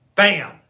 BAM